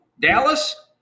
Dallas